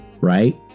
right